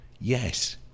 yes